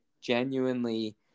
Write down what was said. genuinely